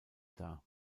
dar